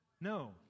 No